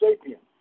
sapiens